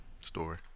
Story